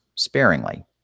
sparingly